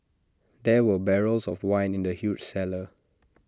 there were barrels of wine in the huge cellar